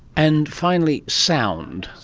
and finally sound,